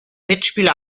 mitspieler